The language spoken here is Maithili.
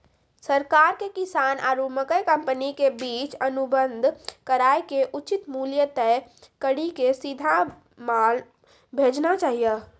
सरकार के किसान आरु मकई कंपनी के बीच अनुबंध कराय के उचित मूल्य तय कड़ी के सीधा माल भेजना चाहिए?